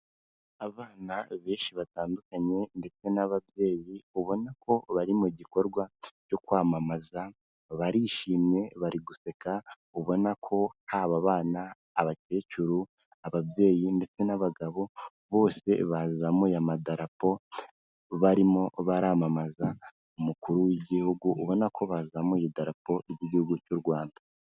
Abana benshi batandukanye ndetse n'ababyeyi ubona ko bari mu gikorwa cyo kwamamaza, barishimye, bari guseka ubona ko haba abana, abakecuru, ababyeyi ndetse n'abagabo bose bazamuye amadarapo barimo baramamaza umukuru w'igihugu, ubona ko bazamuye idarapo y'igihugu cy'u Rwanda.